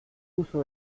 uso